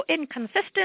inconsistent